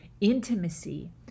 intimacy